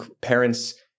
parents